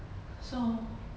so